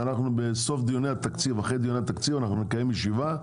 אחרי דיוני התקציב נקיים ישיבה,